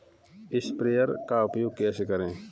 Sprayer का उपयोग कैसे करें?